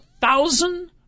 thousand